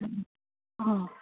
অঁ